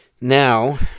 Now